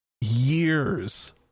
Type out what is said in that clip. years